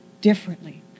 differently